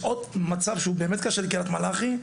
יש עוד מצב שהוא באמת קשה לקריית מלאכי,